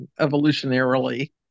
evolutionarily